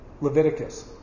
Leviticus